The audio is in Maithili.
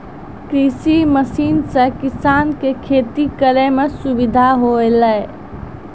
कृषि मसीन सें किसान क खेती करै में सुविधा होलय